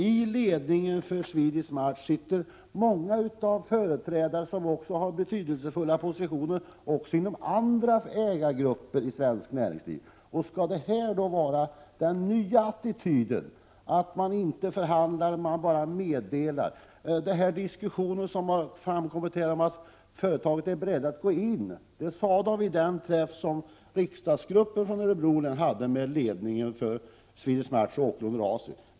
I ledningen för Swedish Match sitter många personer som har betydelsefulla positioner också inom andra ägargrupper i svenskt näringsliv. Skall detta då vara den nya attityden — att man inte förhandlar utan bara meddelar? En uppgift som har framkommit i diskussionen är att företaget är berett att gå in. Detta sade man vid den träff som riksdagsgruppen från Örebro län hade med ledningen för Swedish Match och Åkerlund & Rausing.